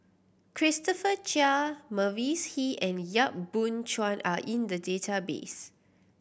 Christopher Chia Mavis Hee and Yap Boon Chuan are in the database